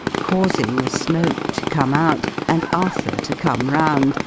causing the smoke to come out, and arthur to come round,